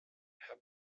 herr